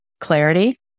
clarity